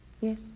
yes